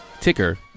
ticker